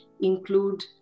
include